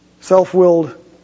self-willed